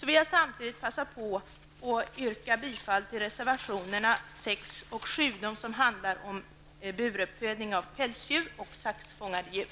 Samtidigt vill jag passa på att yrka bifall till reservationerna 6 och 7, som handlar om buruppfödning av pälsdjur och om saxfångade djur.